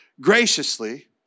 Graciously